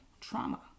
trauma